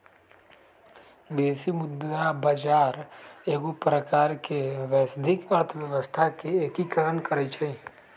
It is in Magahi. विदेशी मुद्रा बजार एगो प्रकार से वैश्विक अर्थव्यवस्था के एकीकरण करइ छै